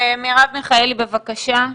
מרב מיכאלי, בבקשה.